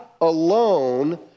alone